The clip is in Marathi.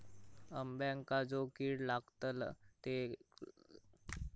अंब्यांका जो किडे लागतत ते लागता कमा नये म्हनाण काय करूचा?